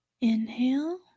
Inhale